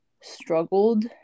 struggled